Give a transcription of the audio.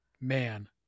man